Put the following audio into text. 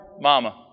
mama